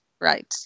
Right